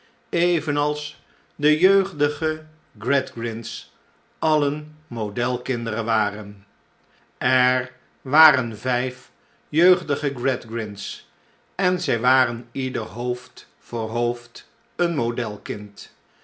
evenals de jeugdige gradgrind's alien model kinderen waren er waren vijf jeugdige gradgrind's en zij waren ieder hoofd voor hoofd een model kind